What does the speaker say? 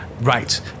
Right